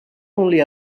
only